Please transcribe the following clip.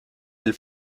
del